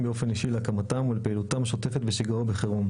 באופן אישי להקמתם ולפעילותם השוטפת בשגרה ובחירום.